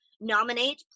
nominate